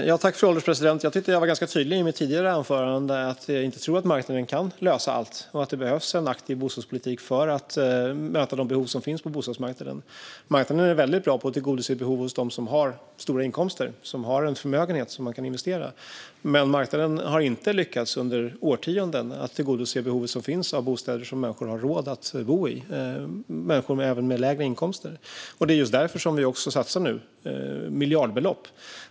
Fru ålderspresident! Jag tyckte att jag var tydlig i mitt tidigare anförande om att jag inte tror att marknaden kan lösa allt. Det behövs en aktiv bostadspolitik för att möta de behov som finns på bostadsmarknaden. Marknaden är väldigt bra på att tillgodose behov hos dem som har stora inkomster eller en förmögenhet som de kan investera. Men marknaden har under årtionden inte lyckats tillgodose det behov som finns av bostäder som även människor med lägre inkomster har råd att bo i. Det är därför vi nu satsar miljardbelopp.